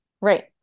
Right